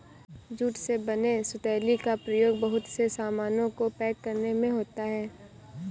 jute से बने सुतली का प्रयोग बहुत से सामानों को पैक करने में होता है